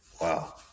Wow